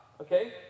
Okay